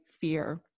fear